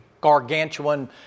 gargantuan